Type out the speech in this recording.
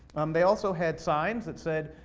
they also had signs that said,